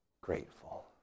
grateful